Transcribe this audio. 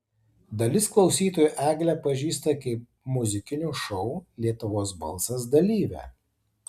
dalis klausytojų eglę pažįsta kaip muzikinio šou lietuvos balsas dalyvę